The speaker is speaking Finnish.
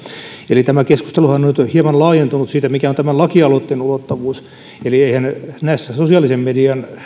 eli tämä keskusteluhan on nyt hieman laajentunut siitä mikä on tämän lakialoitteen ulottuvuus eli eihän näissä sosiaalisen median